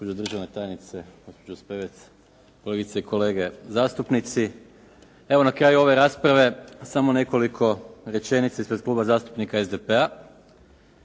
državna tajnice, gospođo Spevec, kolegice i kolege zastupnici. Evo na kraju ove rasprave samo nekoliko rečenica ispred Kluba zastupnika SDP-a.